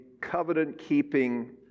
covenant-keeping